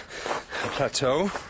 plateau